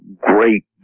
great